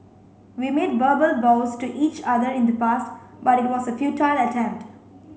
we made verbal vows to each other in the past but it was a futile attempt